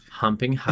Humping